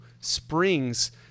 Springs